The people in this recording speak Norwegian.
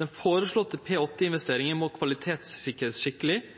Dei føreslåtte P-8A-investeringane må kvalitetssikrast skikkeleg,